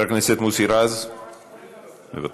חבר הכנסת מוסי רז, מוותר.